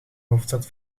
hoofdstad